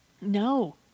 No